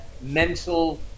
mental